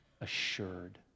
assured